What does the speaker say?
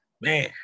man